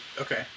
Okay